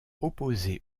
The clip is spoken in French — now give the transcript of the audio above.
opposé